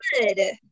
good